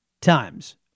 times